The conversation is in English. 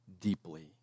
deeply